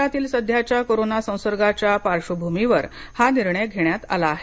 देशातील सध्याच्या कोरोना संसर्गाच्या पार्श्वभूमीवर हा निर्णय घेण्यात आला आहे